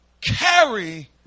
carry